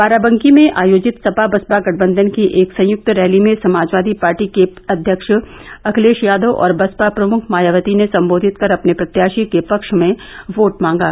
बाराबंकी में आयोजित सपा बसपा गठबंधन की एक संयुक्त रैली में समाजवादी पार्टी के अध्यक्ष अखिलेष यादव और बसपा प्रमुख मायावती ने सम्बोधित कर अपने प्रत्याषी के पक्ष में वोट मांगा